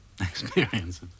experience